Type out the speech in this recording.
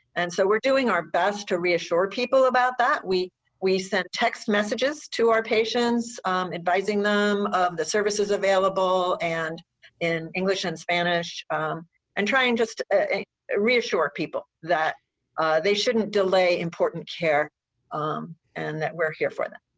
and so we're doing our best to reassure people about that. we we sent text messages to our patients advising them of the services available and in english and spanish and try and just reassure people that they shouldn't delay important care um and that we're here for them.